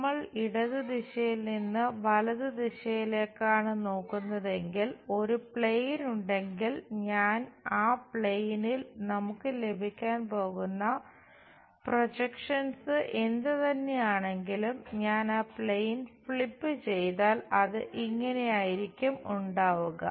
നമ്മൾ ഇടത് ദിശയിൽ നിന്ന് വലത് ദിശയിലേക്കാണ് നോക്കുന്നതെങ്കിൽ ഒരു പ്ലെയിൻ ചെയ്താൽ അത് ഇങ്ങനെയായിരിക്കും ഉണ്ടാവുക